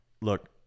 Look